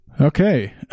okay